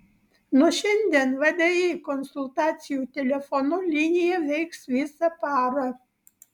nuo šiandien vdi konsultacijų telefonu linija veiks visą parą